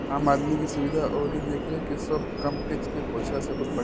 आम आदमी के सुविधा अउरी देखरेख के सब काम टेक्स के पईसा से होत बाटे